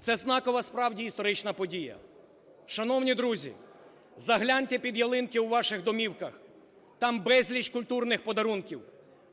Це знакова, справді історична подія. Шановні друзі, загляньте під ялинки у ваших домівках, там безліч культурних подарунків,